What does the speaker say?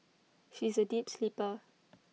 she is A deep sleeper